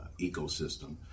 ecosystem